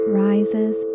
rises